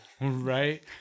Right